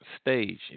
stage